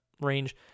range